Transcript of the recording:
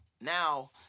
now